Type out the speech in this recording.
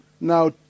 Now